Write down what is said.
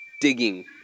digging